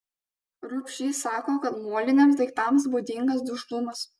rubšys sako kad moliniams daiktams būdingas dužlumas